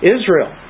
Israel